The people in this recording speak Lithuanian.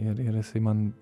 ir ir jisai man